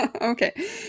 Okay